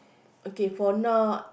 okay for now